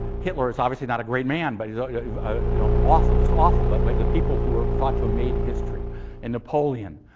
hitler is obviously not a great man. but he's ah yeah you know awful, just awful. but but the people who are thought to have made history and napoleon,